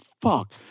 fuck